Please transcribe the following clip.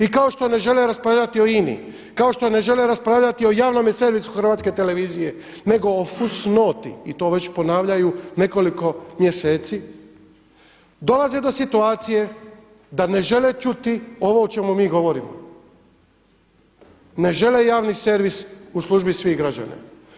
I kao što ne žele raspravljati o INA-i, kao što ne žele raspravljati o javnom servisu Hrvatske televizije nego o fus noti i to već ponavljaju nekoliko mjeseci, dolaze do situacije da ne žele čuti ovo o čemu mi govorimo, ne žele javni servis u službi svih građana.